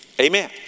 Amen